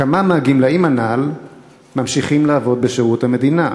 כמה מהגמלאים הנ"ל ממשיכים לעבוד בשירות המדינה?